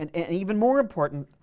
and and and even more important,